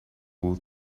all